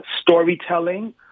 storytelling